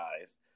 Guys